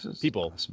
people